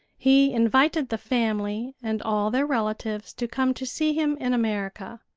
he invited the family and all their relatives to come to see him in america.